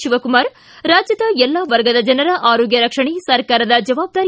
ಶಿವಕುಮಾರ್ ರಾಜ್ಯದ ಎಲ್ಲ ವರ್ಗದ ಜನರ ಆರೋಗ್ಯ ರಕ್ಷಣೆ ಸರ್ಕಾರದ ಜವಾಬ್ದಾರಿ